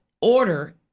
order